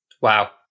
Wow